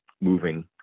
moving